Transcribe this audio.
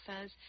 says